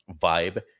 vibe